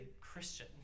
Christian